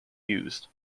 used